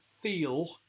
feel